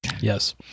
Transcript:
Yes